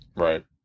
right